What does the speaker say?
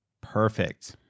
perfect